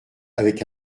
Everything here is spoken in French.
avec